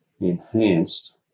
enhanced